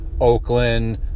Oakland